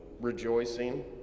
rejoicing